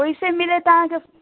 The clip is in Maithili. ओहिसँ मिलैत अहाँके